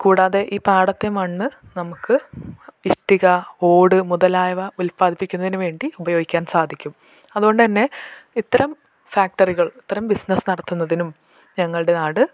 കൂടാതെ ഈ പാടത്തെ മണ്ണ് നമുക്ക് ഇഷ്ടിക ഓട് മുതലായവ ഉല്പാദിപ്പിക്കുന്നതിന് വേണ്ടി ഉപയോഗിക്കാൻ സാധിക്കും അത്കൊണ്ട് തന്നെ ഇത്തരം ഫാക്ടറികൾ ഇത്തരം ബിസ്നസ്സ് നടത്തുന്നതിനും ഞങ്ങളുടെ നാട്